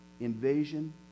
invasion